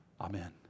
amen